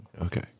Okay